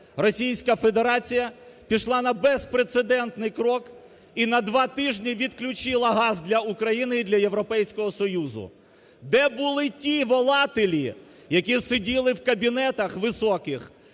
Російська Федерація пішла на безпрецедентний крок і на два тижні відключила газ для України і для Європейського Союзу. Де були ті волателі, які сиділи в кабінетах високих